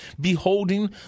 beholding